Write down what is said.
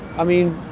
i mean,